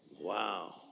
Wow